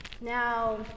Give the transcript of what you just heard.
Now